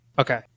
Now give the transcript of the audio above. Okay